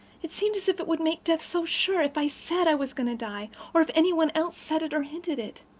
it seemed as if it would make death so sure if i said i was going to die, or if any one else said it or hinted it.